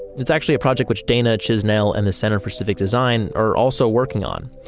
it's actually a project which dana chisnell and the center for civic design are also working on.